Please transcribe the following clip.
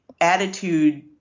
attitude